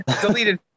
deleted